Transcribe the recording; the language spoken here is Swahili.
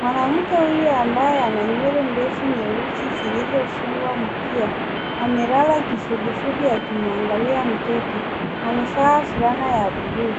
Mwanamke huyu ambaye ana nywele ndefu nyeusi zilizofungwa mkia amelala kifudifudi akimwangalia mtoto. Amevaa fulana ya bluu.